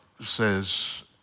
says